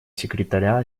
секретаря